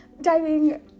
diving